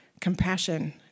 Compassion